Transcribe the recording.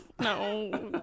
no